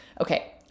Okay